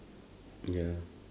ya